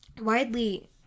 widely